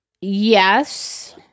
Yes